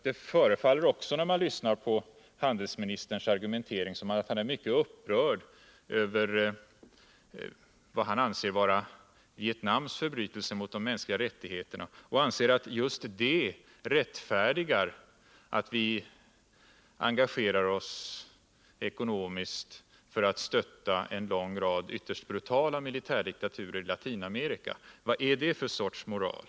Det förefaller också, när man lyssnar på handelsministerns argumentering, som om han är mycket upprörd över vad han anser vara Vietnams förbrytelser mot de mänskliga rättigheterna och anser att dessa rättfärdigar att vi engagerar oss ekonomiskt för att stötta en lång rad ytterst brutala militärdiktaturer i Latinamerika. Vad är det för sorts moral?